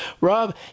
Rob